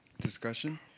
discussion